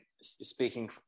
speaking